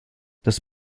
das